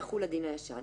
יחול הדין הישן.